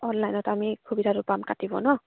অনলাইনত আমি সুবিধাটো পাম কাটিব ন